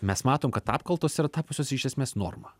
mes matom kad apkaltos yra tapusios iš esmės norma